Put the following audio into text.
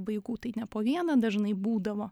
vaikų tai ne po vieną dažnai būdavo